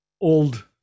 old